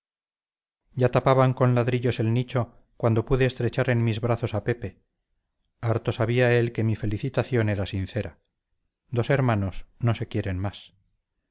ya tapaban con ladrillos el nicho cuando pude estrechar en mis brazos a pepe harto sabía él que mi felicitación era sincera dos hermanos no se quieren más